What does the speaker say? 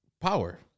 power